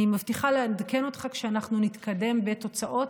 אני מבטיחה לעדכן אותך כשאנחנו נתקדם בתוצאות,